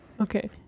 Okay